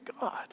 God